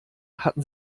hatten